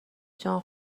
جان